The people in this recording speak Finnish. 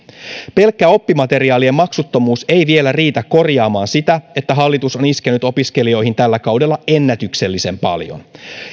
pelkkä oppimateriaalien maksuttomuus ei vielä riitä korjaamaan sitä että hallitus on iskenyt opiskelijoihin tällä kaudella ennätyksellisen paljon